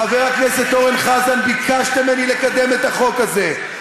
חבר הכנסת אורן חזן, ביקשת ממני לקדם את החוק הזה.